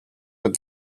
what